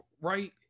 right